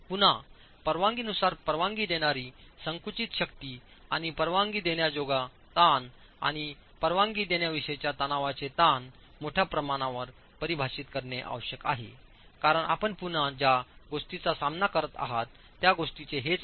पुन्हा परवानगीनुसार परवानगी देणारी संकुचित शक्ती आणि परवानगी देण्याजोग्या ताण आणि परवानगी देण्याविषयीच्या तणावाचे तणाव मोठ्या प्रमाणावर परिभाषित करणे आवश्यक आहे कारण आपण पुन्हा ज्या गोष्टींचा सामना करत आहात त्या गोष्टीचे हेच आहे